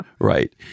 Right